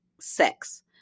sex